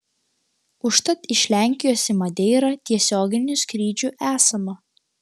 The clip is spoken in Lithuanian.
užtat iš lenkijos į madeirą tiesioginių skrydžių esama